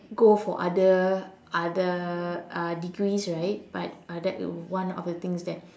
go for other other uh degrees right but uh that would be one of the things that